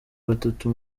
batatu